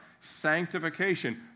sanctification